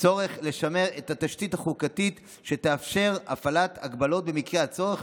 צורך לשמר את התשתית החקיקתית שתאפשר את הפעלת ההגבלות במקרה הצורך,